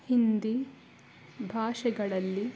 ಹಿಂದಿ ಭಾಷೆಗಳಲ್ಲಿ